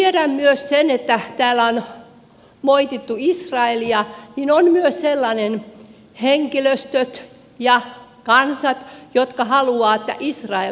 tiedän myös sen täällä on moitittu israelia että on myös sellaisia henkilöstöjä ja kansoja jotka haluavat että israel tuhoutuu